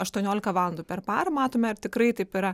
aštuoniolika valandų per parą matome ar tikrai taip yra